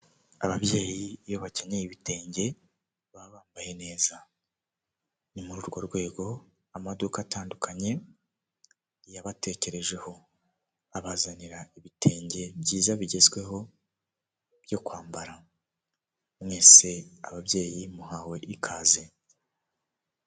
Ababyeyi iyo bakenyeye ibitenge baba bambaye neza ni muri urwo rwego amaduka atandukanye yabatekerejeho abazanira ibitenge byiza bigezweho byo kwambara mwese ababyeyi muhawe ikaze.